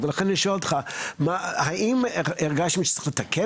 אני שואל אם זו תפיסתך.